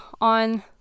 on